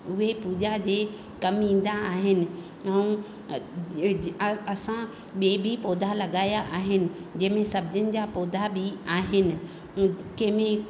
उहे पूॼा जे कम ईंदा आहिनि ऐं अ असां ॿिए बि पौधा लॻाया आहिनि जंहिंमें सब्जिनि जा पौधा बि आहिनि उ कंहिंमें